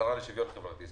השרה לשוויון חברתי.